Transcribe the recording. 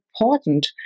important